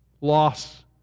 loss